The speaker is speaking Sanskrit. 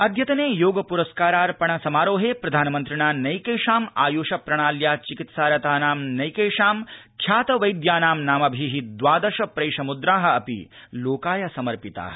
अद्यतने योग पुरस्कारार्पण समारोहे प्रधानमन्त्रिणा आयुष प्रणाल्या चिकित्सारतानां नैकेषां ख्यातवैद्यानां नामभि द्वादश प्रैष मुद्रा अपि लोकाय समर्पिता